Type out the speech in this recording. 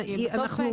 וטו?